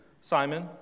Simon